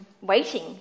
waiting